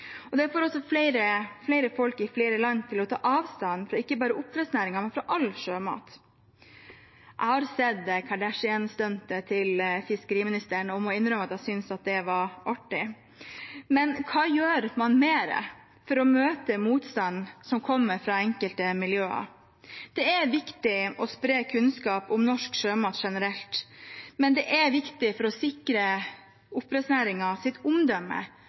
Det får også flere folk i flere land til å ta avstand ikke bare fra oppdrettsnæringen, men fra all sjømat. Jeg har sett Kardashian-stuntet til fiskeriministeren og må innrømme at jeg synes det var artig. Men hva mer gjør man for å møte motstanden som kommer fra enkelte miljøer? Det er viktig å spre kunnskap om norsk sjømat generelt, men det er også viktig for å sikre oppdrettsnæringens omdømme, vårt omdømme